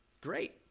Great